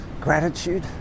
gratitude